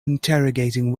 interrogating